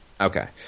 Okay